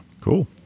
Cool